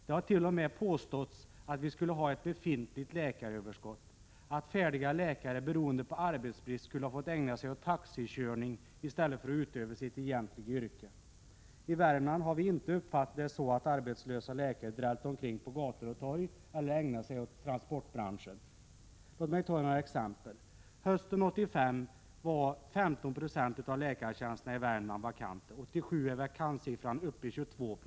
Det har t.o.m. påståtts att vi skulle ha ett befintligt läkaröverskott, att färdiga läkare beroende på arbetsbrist skulle ha fått ägna sig åt taxikörning i stället för att utöva sitt egentliga yrke. I Värmland har vi inte uppfattat det så att arbetslösa läkare drällt omkring på gator och torg eller ägnat sig åt transportbranschen. Låt mig ta några exempel. Hösten 1985 var 15 96 av läkartjänsterna i Värmland vakanta. 1987 är vakantsiffran uppe i 22 Jo.